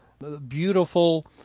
beautiful